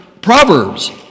Proverbs